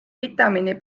vitamiini